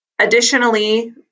Additionally